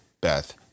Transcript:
Beth